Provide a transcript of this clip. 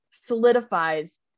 solidifies